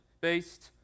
based